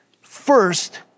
first